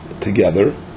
together